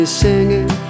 singing